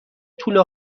توله